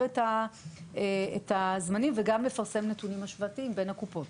את הזמנים וגם לפרסם נתונים השוואתיים בין הקופות.